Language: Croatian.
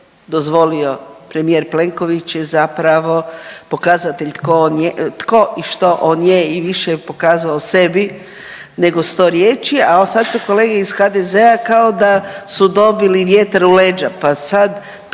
dozvolio premijer Plenković je zapravo pokazatelj tko on je, tko i što on je i više je pokazao sebi nego 100 riječi, a sad su kolege iz HDZ-a kao da su dobili vjetar u leđa, pa sad